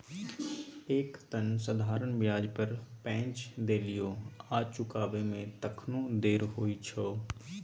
एक तँ साधारण ब्याज पर पैंच देलियौ आ चुकाबै मे तखनो देर होइ छौ